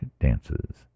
dances